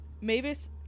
Mavis